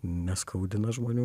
neskaudina žmonių